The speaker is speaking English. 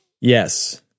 Yes